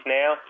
now